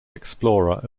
explorer